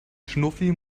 schnuffi